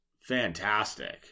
fantastic